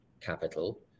capital